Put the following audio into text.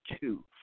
Two